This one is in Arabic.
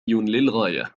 للغاية